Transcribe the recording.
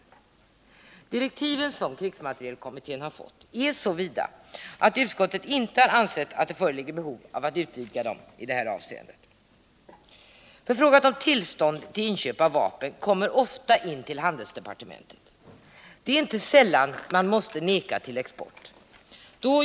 De direktiv som krigsmaterielkommittén har fått är så vida att utskottet inte ansett att det föreligger behov att utvidga dem i det här avseendet. Förfrågningar om tillstånd till inköp av vapen kommer ofta in till handelsdepartementet. Det är inte sällan som man måste vägra export.